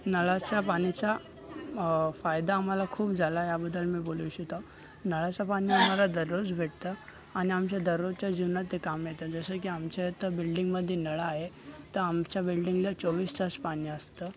नळाच्या पाणीचा फायदा आम्हाला खूप झाला आहे याबद्दल मी बोलू इच्छित आहे नळाचं पाणी आम्हाला दररोज भेटतं आणि आमच्या दररोजच्या जीवनात ते कामी येतं जसं की आमच्या इथं बिल्डिंगमध्ये नळ आहे तर आमच्या बिल्डिंगला चोवीस तास पाणी असतं